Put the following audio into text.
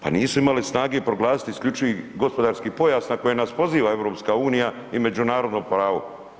Pa nisu imali snage proglasiti isključivi gospodarski pojas na koji nas poziva EU i međunarodno pravo.